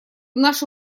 наши